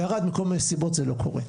בערד מכל מיני סיבות זה לא קורה,